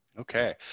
Okay